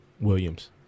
Williams